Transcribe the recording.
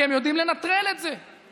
כי הם יודעים לנטרל את זה.